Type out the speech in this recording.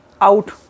out